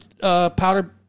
powder